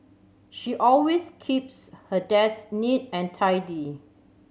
she always keeps her desk neat and tidy